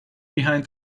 behind